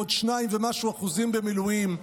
עוד 2% ומשהו במילואים.